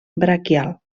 braquial